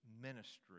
ministry